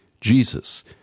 Jesus